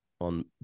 on